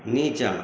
नीचाँ